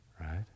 right